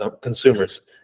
consumers